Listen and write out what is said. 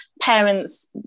parents